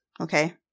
Okay